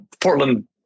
Portland